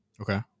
Okay